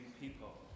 people